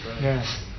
Yes